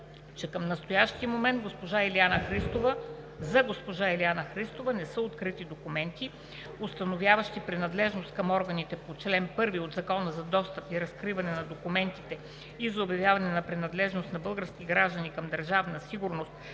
че към настоящия момент за госпожа Илиана Христова не са открити документи, установяващи принадлежност към органите по чл. 1 от Закона за достъп и разкриване на документите и за обявяване на принадлежност на български граждани към Държавна сигурност